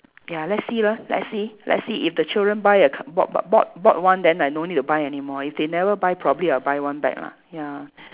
ya let's see lah let's see let's see if the children buy a c~ bought bought bought bought one then I no need to buy anymore if they never buy probably I'll buy one back lah ya